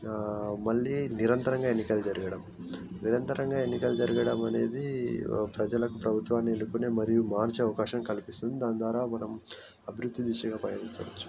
ఆ మళ్ళీ నిరంతరంగా ఎన్నికలు జరగడం నిరంతరంగా ఎన్నికలు జరగడం అనేది ప్రజలకు ప్రభుత్వాన్ని ఎన్నుకునే మరియు మంచి అవకాశం కల్పిస్తుంది దాని ద్వారా మనం అభివృద్ధి చేయవచ్చు